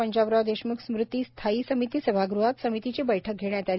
पंजाबराव देशम्ख स्मृती स्थायी समिती सभागृहात समितीची बैठक घेण्यात आली